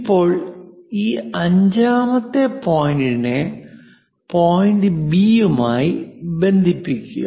ഇപ്പോൾ ഈ അഞ്ചാമത്തെ പോയിന്റിനെ പോയിന്റ് ബി യുമായി ബന്ധിപ്പിക്കുക